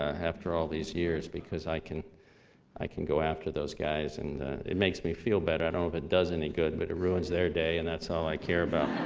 after all these years, because i can i can go after those guys, and it makes me feel better. i don't know if it does any good, but it ruins their day, and that's all i care about.